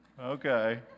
Okay